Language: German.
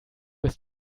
bis